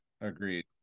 Agreed